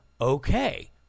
okay